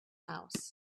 house